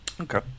okay